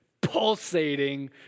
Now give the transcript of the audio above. pulsating